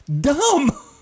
Dumb